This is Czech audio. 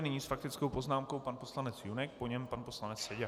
Nyní s faktickou poznámkou pan poslanec Junek, po něm pan poslanec Seďa.